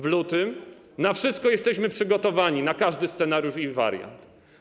W lutym: na wszystko jesteśmy przygotowani, na każdy scenariusz i wariant.